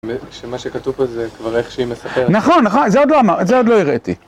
ושמה שכתוב פה, זה כבר איך שהיא מספרת, נכון, נכון, זה עוד לא אמר.. זה עוד לא הראיתי